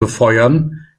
befeuern